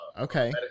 Okay